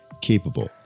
capable